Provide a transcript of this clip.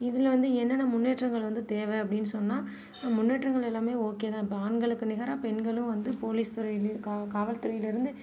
இதில் வந்து என்னென்ன முன்னேற்றங்கள் வந்து தேவை அப்படின்னு சொன்னால் முன்னேற்றங்கள் எல்லாமே ஓகே தான் இப்போ ஆண்களுக்கு நிகரா பெண்களும் வந்து போலீஸ் துறையிலேயும் காவல் துறையிலேருந்து